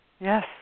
Yes